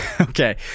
Okay